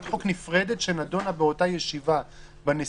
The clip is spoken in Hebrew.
חוק נפרדת שנדונה באותה ישיבה בנשיאות,